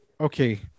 okay